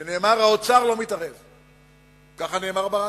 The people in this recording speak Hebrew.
שנאמר: האוצר לא מתערב, כך נאמר ברדיו.